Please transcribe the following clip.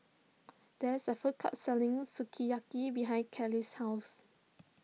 there is a food court selling Sukiyaki behind Kayley's house